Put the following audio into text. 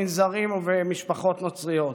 במנזרים ובמשפחות נוצריות.